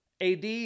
AD